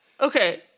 Okay